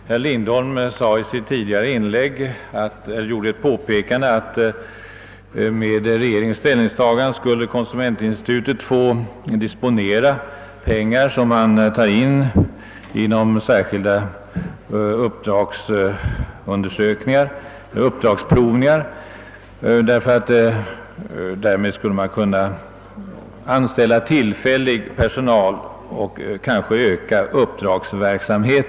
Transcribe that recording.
Herr Lindholm påpekade i sitt tidigare inlägg att konsumentinstitutet med regeringens ställningstagande skulle få disponera de pengar, som man tar in genom särskilda uppdragsprovningar, för att anställa tillfällig personal och kanske därigenom skulle kunna öka uppdragsverksamheten.